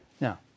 Now